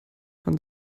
von